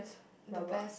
the best